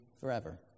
forever